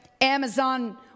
Amazon